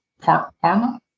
Parma